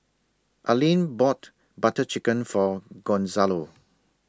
Aleen bought Butter Chicken For Gonzalo